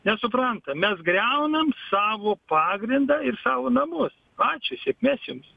nesupranta mes griaunam savo pagrindą ir savo namus ačiū sėkmės jums